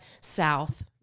South